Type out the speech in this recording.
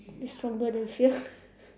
is stronger than fear